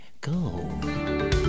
go